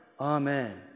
Amen